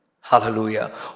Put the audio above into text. Hallelujah